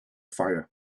fire